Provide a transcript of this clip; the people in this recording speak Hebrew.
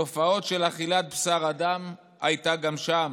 תופעה של אכילת בשר אדם הייתה גם שם.